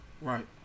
Right